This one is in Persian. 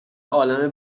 عالمه